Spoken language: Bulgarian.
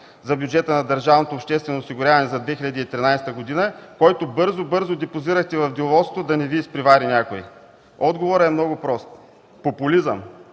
за бюджета за държавното обществено осигуряване за 2013 г., който бързо, бързо депозирахте в Деловодството, за да не Ви изпревари някой. Отговорът е много прост: популизъм